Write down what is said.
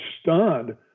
stunned